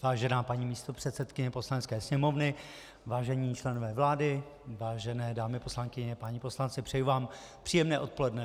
Vážená paní místopředsedkyně Poslanecké sněmovny, vážení členové vlády, vážené dámy poslankyně, páni poslanci, přeji vám příjemné odpoledne.